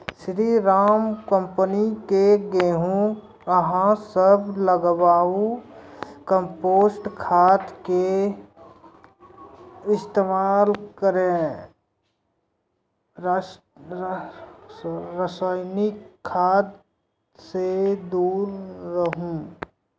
स्री Ram company के गेहूँ अहाँ सब लगाबु कम्पोस्ट खाद के इस्तेमाल करहो रासायनिक खाद से दूर रहूँ?